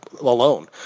alone